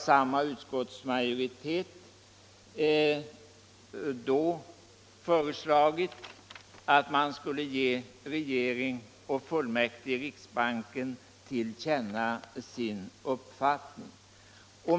Samma utskottsmajoritet föreslog då att man skulle tillkännage regering och fullmäktige i riksbanken sin uppfattning.